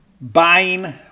buying